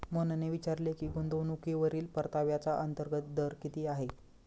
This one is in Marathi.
मोहनने विचारले की गुंतवणूकीवरील परताव्याचा अंतर्गत दर किती आहे?